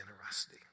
generosity